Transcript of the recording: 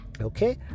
Okay